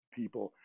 people